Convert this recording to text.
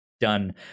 done